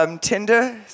Tinder